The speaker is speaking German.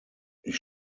ich